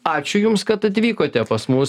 ačiū jums kad atvykote pas mus